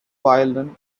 violin